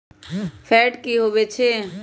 Fat की होवछै?